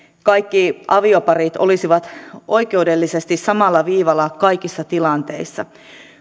kaikki avioparit olisivat oikeudellisesti samalla viivalla kaikissa tilanteissa